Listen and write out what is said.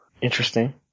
interesting